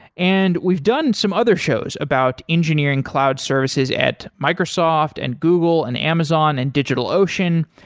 and we've done some other shows about engineering cloud services at microsoft and google and amazon and digital ocean,